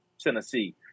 Tennessee